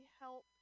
help